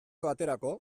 baterako